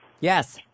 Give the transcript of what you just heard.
Yes